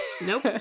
Nope